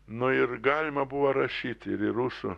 nu ir galima buvo rašyti ir į rusų